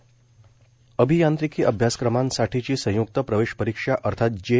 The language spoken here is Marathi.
मंबई अभियांत्रिकी अभ्यासक्रमांसाठीची संयुक्त प्रवेश परीक्षा अर्थात जे